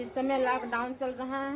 इस समय लाकडाउन चल रहा है